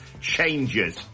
changes